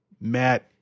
Matt